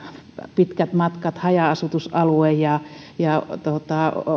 pitkät matkat haja asutusalue ja ja